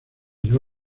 llevó